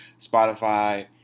Spotify